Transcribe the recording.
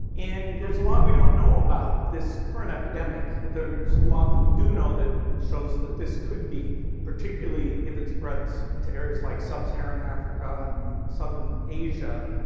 and there's a lot we don't know about this current epidemic, but there's a lot that we do know that shows that this could be particularly, if it spreads to areas like sub-saharan africa and southern asia,